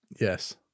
Yes